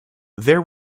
there